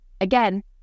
Again